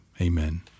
Amen